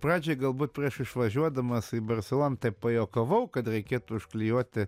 pradžioj galbūt prieš išvažiuodamas į barselon taip pajuokavau kad reikėtų užklijuoti